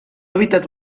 hábitat